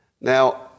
Now